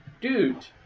dude